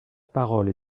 parole